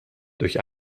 durch